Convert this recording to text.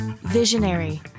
visionary